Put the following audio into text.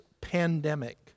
pandemic